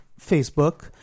Facebook